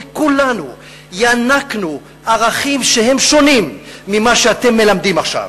וכולנו ינקנו ערכים שהם שונים ממה שאתם מלמדים עכשיו.